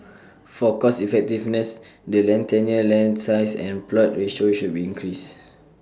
for cost effectiveness the land tenure land size and plot ratio should be increased